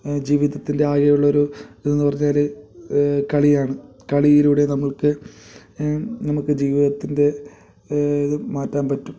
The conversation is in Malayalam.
ജീവിതത്തിൻ്റെ ആകെ ഉള്ള ഒരു ഇതെന്നു പറഞ്ഞാൽ കളിയാണ് കളിയിലൂടെ നമ്മൾക്ക് നമുക്ക് ജീവിതത്തിൻ്റെ ഇതും മാറ്റാൻ പറ്റും